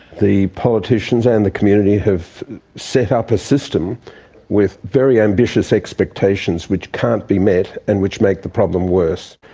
the politicians and the community have set up a system with very ambitious expectations which can't be met and which make the problem worse.